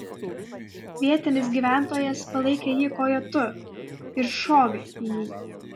vietinis gyventojas palaikė jį kojotu ir šovė į jį